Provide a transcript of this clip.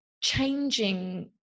changing